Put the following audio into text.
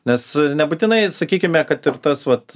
nes nebūtinai sakykime kad ir tas vat